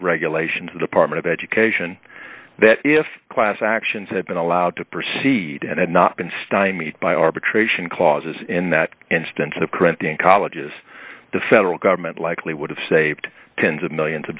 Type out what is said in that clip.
regulations the department of education that if class actions had been allowed to proceed and had not been stymied by arbitration clauses in that instance of corinthian colleges the federal government likely would have saved tens of millions of